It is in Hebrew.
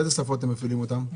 באיזה שפות אתם מפעילים אותן?